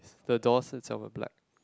the doors is our black